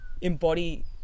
embody